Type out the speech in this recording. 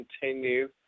continue